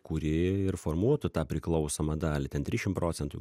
kuri ir formuotų tą priklausomą dalį ten trišim procentų